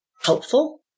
helpful